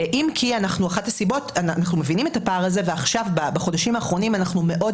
אם כי אנחנו מבינים את הפער הזה ועכשיו בחודשים האחרונים אנחנו מאוד